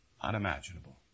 unimaginable